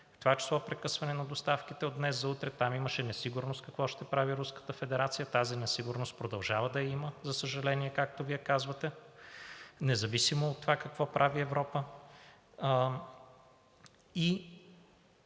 това число прекъсване на доставките от днес за утре, там имаше несигурност какво ще прави Руската федерация. Тази несигурност продължава да я има, за съжаление, както Вие казвате, независимо от това какво прави Европа.